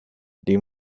die